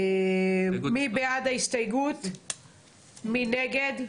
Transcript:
הצבעה בעד, 1 נגד,